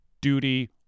Duty